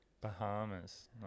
Bahamas